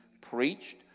preached